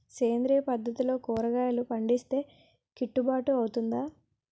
సేంద్రీయ పద్దతిలో కూరగాయలు పండిస్తే కిట్టుబాటు అవుతుందా?